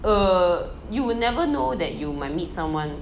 err you would never know that you might meet someone